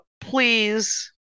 Please